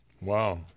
Wow